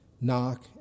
Knock